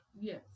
Yes